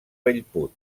bellpuig